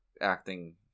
acting